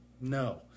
No